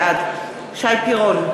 בעד שי פירון,